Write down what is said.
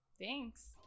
Thanks